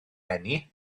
eni